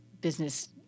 business